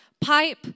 pipe